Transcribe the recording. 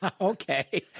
Okay